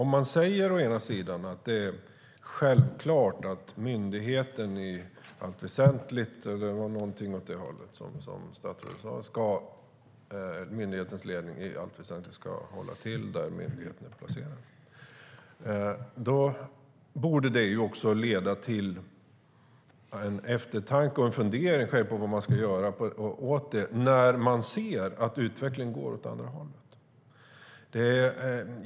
Man säger att det är självklart att myndighetens ledning i allt väsentligt - det var ungefär så som statsrådet sade - ska arbeta där myndigheten är placerad. Då borde det ju också leda till en fundering om vad man ska göra när man ser att utvecklingen går åt det andra hållet.